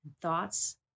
thoughts